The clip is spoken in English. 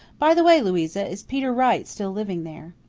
by the way, louisa, is peter wright still living there?